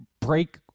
break